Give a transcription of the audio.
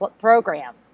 program